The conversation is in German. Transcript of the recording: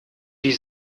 die